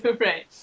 Right